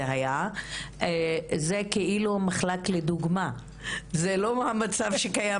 זה היה מחלק לדוגמה וזה לא המצב שקיים